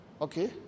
Okay